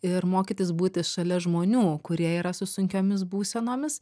ir mokytis būti šalia žmonių kurie yra su sunkiomis būsenomis